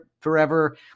forever